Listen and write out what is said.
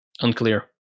Unclear